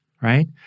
right